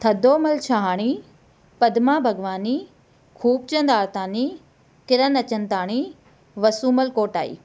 Thadomal Shahani Padma Bhagwani Khubchand Atani Kiran Achantani Vasumal Kotai